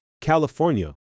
California